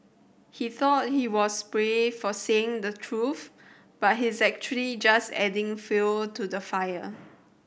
he thought he was brave for saying the truth but he's actually just adding fuel to the fire